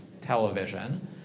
television